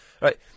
Right